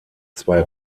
zwei